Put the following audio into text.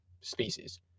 species